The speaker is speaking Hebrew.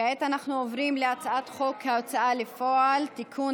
כעת אנחנו עוברים להצעת חוק ההוצאה לפועל (תיקון,